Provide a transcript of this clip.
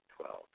Twelve